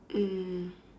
mm